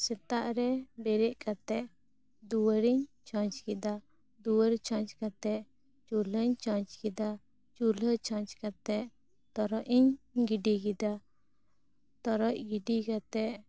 ᱥᱮᱛᱟᱜ ᱨᱮ ᱵᱮᱨᱮᱫ ᱠᱟᱛᱮᱫ ᱫᱩᱣᱟ ᱨᱤᱧ ᱪᱷᱚᱪ ᱠᱮᱫᱟ ᱫᱩᱣᱟᱹᱨ ᱪᱷᱚᱪ ᱠᱟᱛᱮᱫ ᱪᱩᱞᱦᱟᱹᱧ ᱪᱷᱚᱪ ᱠᱮᱫᱟ ᱪᱩᱞᱦᱟ ᱪᱷᱚᱪ ᱠᱟᱛᱮ ᱛᱚᱨᱚᱡ ᱤᱧ ᱜᱤᱰᱤ ᱠᱮᱫᱟ ᱛᱚᱨᱚᱡ ᱜᱤᱰᱤ ᱠᱟᱛᱮᱫ